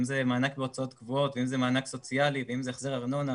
אם זה מענק בהוצאות קבועות ואם זה מענק סוציאלי ואם זה החזר ארנונה,